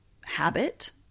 habit